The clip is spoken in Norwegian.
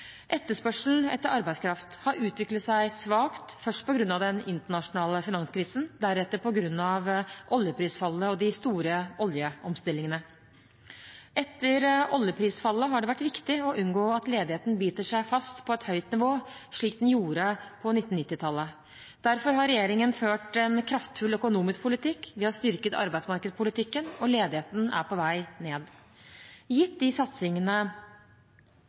Etterspørselen etter arbeidskraft har utviklet seg svakt, først på grunn av den internasjonale finanskrisen, deretter på grunn av oljeprisfallet og de store oljeomstillingene. Etter oljeprisfallet har det vært viktig å unngå at ledigheten biter seg fast på et høyt nivå, slik den gjorde på 1990-tallet. Derfor har regjeringen ført en kraftfull økonomisk politikk, vi har styrket arbeidsmarkedspolitikken, og ledigheten er på vei ned. Gitt de satsingene